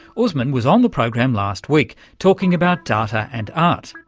usman was on the program last week talking about data and art,